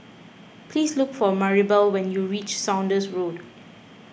please look for Maribel when you reach Saunders Road